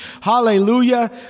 Hallelujah